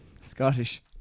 Scottish